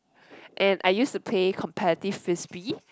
and I used to play competitive Frisbee